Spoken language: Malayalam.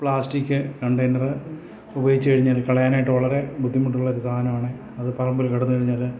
പ്ലാസ്റ്റിക്ക് കണ്ടെയ്നർ ഉപയോഗിച്ച് കഴിഞ്ഞ് കളയാനായിട്ട് വളരെ ബുദ്ധിമുട്ടുള്ളൊരു സാധനം ആണ് അത് പറമ്പിൽ കിടന്ന് കഴിഞ്ഞാല്